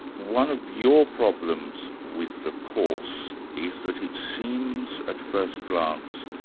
one of your problems with the course is that it seems at first glance,